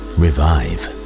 revive